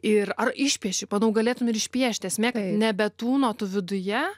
ir ar išpieši manau galėtum ir išpiešti esmė kad nebetūnotų viduje